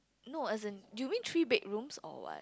no hasn't you mean three bedroom or what